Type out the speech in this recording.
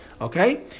Okay